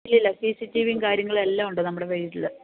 ഇല്ലില്ല C C T വിയും കാര്യങ്ങളുമെല്ലാമുണ്ട് നമ്മുടെ വീട്ടില്